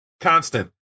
Constant